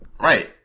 Right